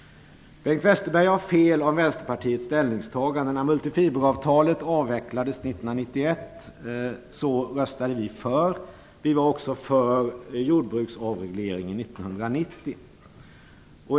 Bengt Westerberg har fel om Vänsterpartiets ställningstagande. När multifiberavtalet avvecklades 1991 röstade vi för. Vi var också för jordbruksavregleringen 1990.